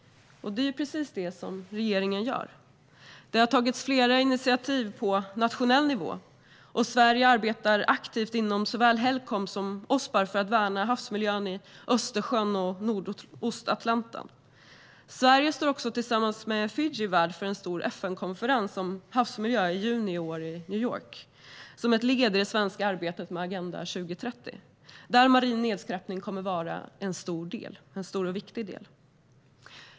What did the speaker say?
Det är precis det regeringen gör. Det har tagits flera initiativ på nationell nivå, och Sverige arbetar aktivt inom såväl Helcom som Ospar för att värna havsmiljön i Östersjön och Nordostatlanten. Sverige står också tillsammans med Fiji värd för en stor FN-konferens om havsmiljö som äger rum i New York i juni, som ett led i det svenska arbetet med Agenda 2030 där marin nedskräpning kommer att vara en stor och viktig del.